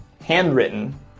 handwritten